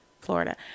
Florida